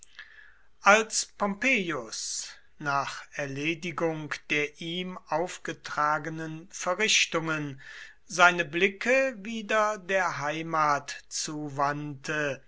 als pompeius nach erledigung der ihm aufgetragenen verrichtungen seine blicke wieder der heimat zuwandte